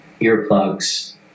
earplugs